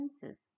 senses